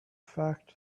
fact